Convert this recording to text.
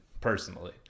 personally